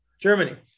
germany